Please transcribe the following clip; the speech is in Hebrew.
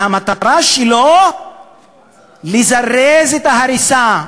שהמטרה שלו לזרז את ההריסה.